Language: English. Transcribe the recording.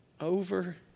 Over